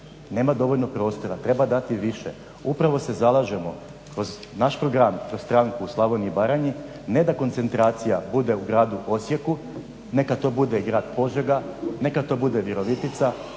nema dovoljno prostora, treba dati više. Upravo se zalažemo kroz naš program, kroz stranku u Slavoniji i Baranji, ne da koncentracija bude u gradu Osijeku, neka to bude grad Požega, neka to bude Virovitica,